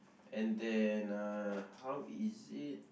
and then uh how is it